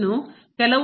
ಇನ್ನೂ ಕೆಲವು